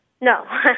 No